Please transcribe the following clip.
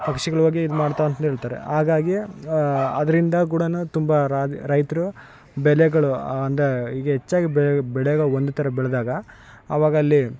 ಪಕ್ಷಿಗಳು ಹೋಗಿ ಇದು ಮಾಡ್ತಾ ಅಂತ ಹೇಳ್ತಾರೆ ಹಾಗಾಗಿ ಅದ್ರಿಂದ ಕೂಡ ತುಂಬ ರೈತ್ರು ಬೆಳೆಗಳು ಅಂದರೆ ಈಗ ಹೆಚ್ಚಾಗಿ ಬೆಳೇ ಒಂದೇ ಥರ ಬೆಳೆದಾಗ ಅವಾಗಲ್ಲಿ